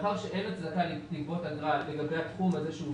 לאחר שאין הצדקה לגבות אגרה לגבי התחום הזה...